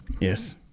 Yes